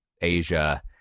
Asia